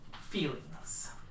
feelings